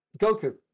Goku